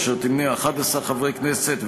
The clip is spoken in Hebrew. אשר תמנה 11 חברי כנסת,